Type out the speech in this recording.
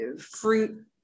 fruit